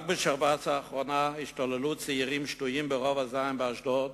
רק בשבת האחרונה השתוללו צעירים שתויים ברובע ז' באשדוד,